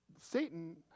Satan